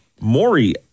Maury